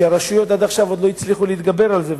שהרשויות עד עכשיו עוד לא הצליחו להתגבר על זה.